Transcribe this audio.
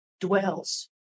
dwells